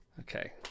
Okay